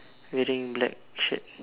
wearing black shirt